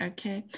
Okay